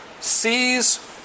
sees